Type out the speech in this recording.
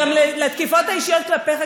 גם לתקיפות האישיות כלפיך,